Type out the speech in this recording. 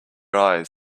eyes